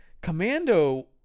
Commando